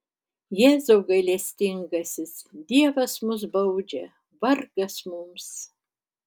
jėzau gailestingasis dievas mus baudžia vargas mums